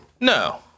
No